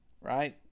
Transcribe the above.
right